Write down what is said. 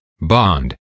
bond